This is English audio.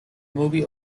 movie